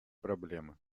проблемы